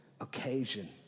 occasion